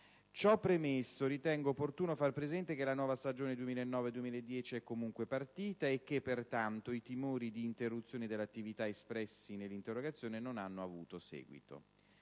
Ciò premesso, ritengo opportuno far presente che la nuova stagione 2009-2010 è comunque partita e che, pertanto, i timori di interruzione dell'attività espressi nell'interrogazione non hanno avuto riscontro.